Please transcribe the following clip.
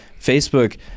Facebook